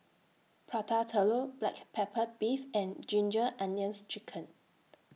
Prata Telur Black Pepper Beef and Ginger Onions Chicken